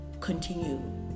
continue